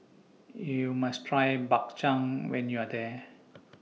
YOU must Try Bak Chang when YOU Are here